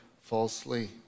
falsely